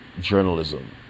journalism